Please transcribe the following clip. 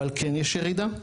אבל כן יש ירידה.